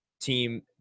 team